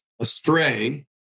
astray